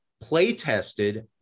play-tested